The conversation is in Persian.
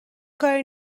کاری